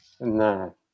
no